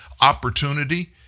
opportunity